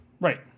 Right